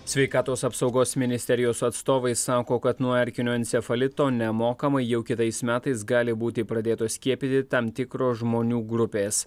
sveikatos apsaugos ministerijos atstovai sako kad nuo erkinio encefalito nemokamai jau kitais metais gali būti pradėtos skiepyti tam tikros žmonių grupės